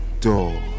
Door